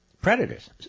predators